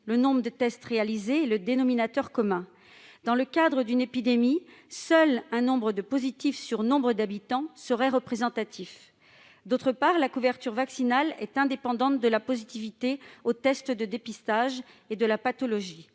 le nombre de tests réalisés et le dénominateur commun. Dans le cadre d'une épidémie, seul le rapport du nombre de cas positifs sur le nombre d'habitants peut être représentatif. D'autre part, la couverture vaccinale est indépendante de la positivité aux tests de dépistage et de la pathologie.